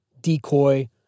decoy